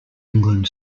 england